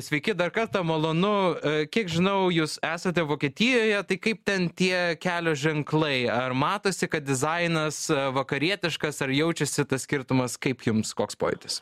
sveiki dar kartą malonu kiek žinau jūs esate vokietijoje tai kaip ten tie kelio ženklai ar matosi kad dizainas vakarietiškas ar jaučiasi tas skirtumas kaip jums koks pojūtis